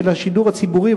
של השידור הציבורי,